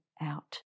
out